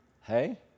Hey